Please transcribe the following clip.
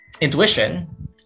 intuition